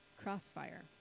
crossfire